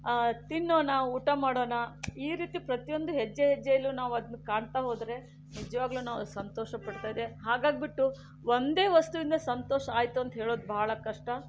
ತಿನ್ನೋಣ ಊಟ ಮಾಡೋಣ ಈ ರೀತಿ ಪ್ರತಿಯೊಂದು ಹೆಜ್ಜೆ ಹೆಜ್ಜೆಯಲ್ಲೂ ನಾವು ಅದನ್ನ ಕಾಣ್ತಾ ಹೋದರೆ ನಿಜವಾಗಲೂ ನಾವು ಸಂತೋಷಪಡ್ತದೆ ಹಾಗಾಗ್ಬಿಟ್ಟು ಒಂದೇ ವಸ್ತುವಿಂದ ಸಂತೋಷ ಆಯಿತು ಅಂತ ಹೇಳೋದು ಬಹಳ ಕಷ್ಟ